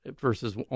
versus